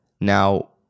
Now